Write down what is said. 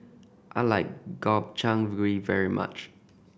I like Gobchang Gui very much